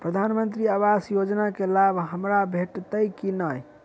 प्रधानमंत्री आवास योजना केँ लाभ हमरा भेटतय की नहि?